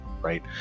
right